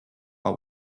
are